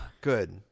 Good